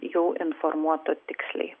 jau informuotų tiksliai